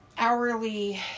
Hourly